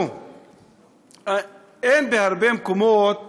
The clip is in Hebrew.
אין בהרבה מקומות